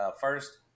First